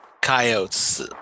Coyotes